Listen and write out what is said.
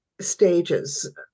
stages